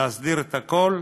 להסדיר את הכול.